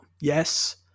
Yes